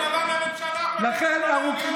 אבל הכלכלה הזאת,